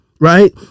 right